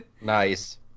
Nice